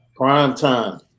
primetime